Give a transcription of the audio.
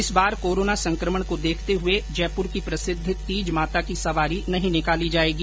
इस बार कोरोना संकमण को देखते हुए जयपूर की प्रसिद्ध तीज माता की सवारी नहीं निकाली जाएगी